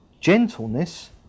gentleness